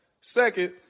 Second